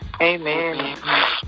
Amen